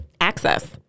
access